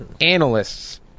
analysts